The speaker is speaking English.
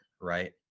right